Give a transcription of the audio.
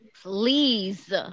Please